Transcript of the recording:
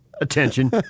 Attention